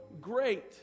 great